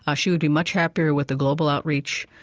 ah she would be much happier with the global outreach,